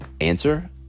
Answer